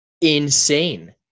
Insane